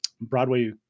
Broadway